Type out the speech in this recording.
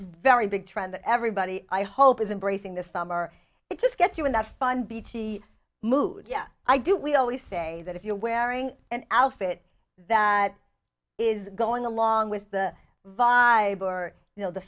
very big trend that everybody i hope is embracing this summer it just gets you in that fun b t mood yeah i do we always say that if you're wearing an outfit that is going along with the vibe or you know the